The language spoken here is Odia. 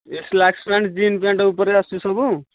ସ୍ଲାକ୍ସ ପ୍ୟାଣ୍ଟ ଜିନ୍ସ ପ୍ୟାଣ୍ଟ ଉପରେ ଆସୁଛି ସବୁ